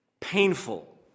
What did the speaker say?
painful